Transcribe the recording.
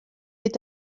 est